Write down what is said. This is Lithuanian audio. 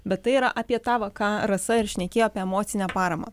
bet tai yra apie tą va ką rasa ir šnekėjo apie emocinę paramą